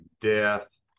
death